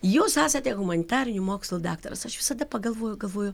jūs esate humanitarinių mokslų daktaras aš visada pagalvoju galvoju